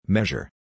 Measure